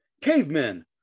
Cavemen